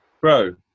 Bro